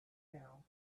now